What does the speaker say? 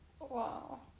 Wow